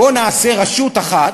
בוא נעשה רשות אחת,